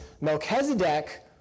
Melchizedek